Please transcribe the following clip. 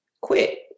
quit